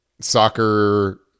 soccer